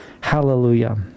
Hallelujah